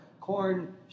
Corn